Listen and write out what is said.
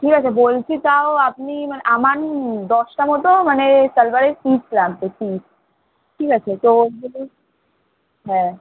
ঠিক আছে বলছি তাও আপনি মানে আমার দশটা মতো মানে সালোয়ারের পিস লাগবে পিস ঠিক আছে তো ওগুলো হ্যাঁ